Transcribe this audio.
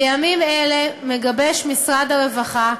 בימים אלה מגבש משרד הרווחה,